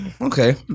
okay